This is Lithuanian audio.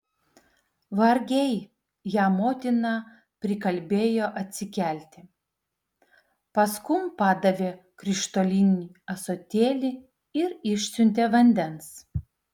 vargiai ją motina prikalbėjo atsikelti paskum padavė krištolinį ąsotėlį ir išsiuntė vandens